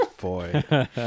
Boy